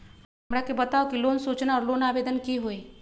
हमरा के बताव कि लोन सूचना और लोन आवेदन की होई?